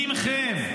מכם,